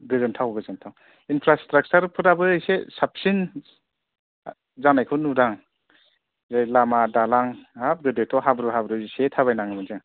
गोजोनथाव गोजोनथाव इन्सफ्रासट्राक्सारफोराबो एसे साबसिन जानायखौ नुदां बे लामा दालां हाब गोदोथ' हाब्रु हाब्रु बेसे थाबायनाङोमोन जों